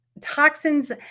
toxins